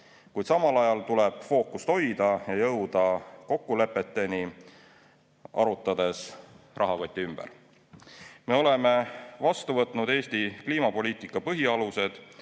Kuid samal ajal tuleb fookust hoida ja jõuda kokkulepeteni, arutades rahakoti ümber. Me oleme vastu võtnud Eesti kliimapoliitika põhialused